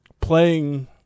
playing